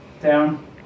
Down